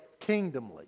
kingdomly